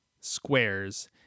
squares